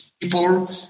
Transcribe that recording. people